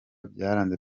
byaranze